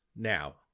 now